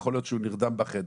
יכול להיות שהוא נרדם בחדר.